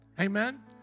Amen